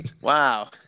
Wow